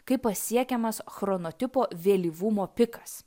kai pasiekiamas chronotipo vėlyvumo pikas